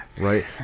Right